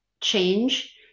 change